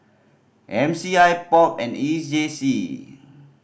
M C I POP and E J C